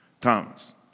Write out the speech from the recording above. Thomas